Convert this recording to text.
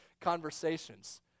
conversations